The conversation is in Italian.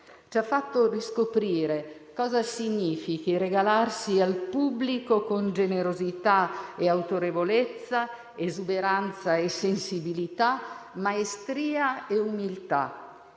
Ci ha fatto riscoprire cosa significhi regalarsi al pubblico con generosità e autorevolezza, esuberanza e sensibilità, maestria e umiltà.